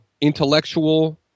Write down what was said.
intellectual